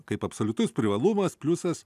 kaip absoliutus privalumas pliusas